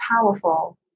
powerful